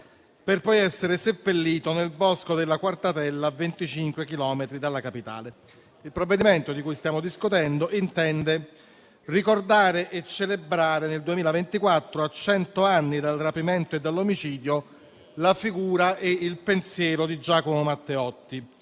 per poi essere seppellito nel bosco della Quartarella, a 25 chilometri dalla Capitale. Il provvedimento di cui stiamo discutendo intende ricordare e celebrare nel 2024, a cento anni dal rapimento e dall'omicidio, la figura e il pensiero di Giacomo Matteotti,